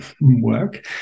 work